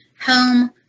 home